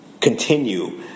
continue